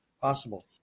possible